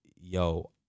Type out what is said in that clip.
yo